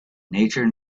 nature